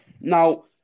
Now